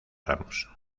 ramos